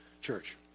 Church